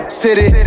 city